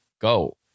go